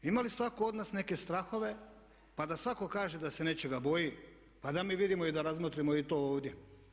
Ima li svatko od nas neke strahove pa da svatko kaže da se nečega boji, pa da mi vidimo i da razmotrimo i to ovdje?